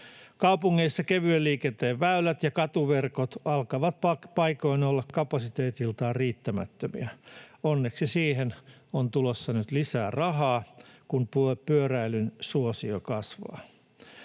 Kaupungeissa kevyen liikenteen väylät ja katuverkot alkavat paikoin olla kapasiteetiltaan riittämättömiä — onneksi siihen on tulossa nyt lisää rahaa, kun pyöräilyn suosio kasvaa.